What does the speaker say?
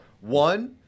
One